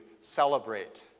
celebrate